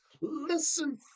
listen